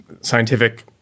scientific